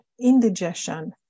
indigestion